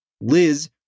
Liz